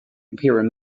imperial